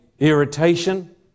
Irritation